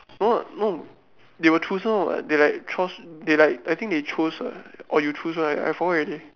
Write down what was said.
no what no they were chosen what they like chose they like I think they like choose ah or like you choose right I forgot already